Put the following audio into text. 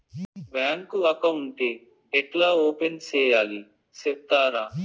Bank account ఏ ఎట్లా open సేయాలి సెప్తారా?